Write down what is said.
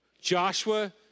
Joshua